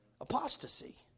apostasy